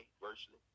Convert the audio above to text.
virtually